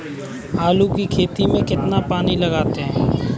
आलू की खेती में कितना पानी लगाते हैं?